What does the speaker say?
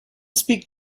speak